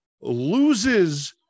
loses